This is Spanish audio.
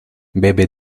bebe